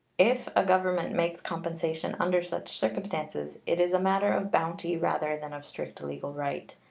if a government makes compensation under such circumstances, it is a matter of bounty rather than of strict legal right.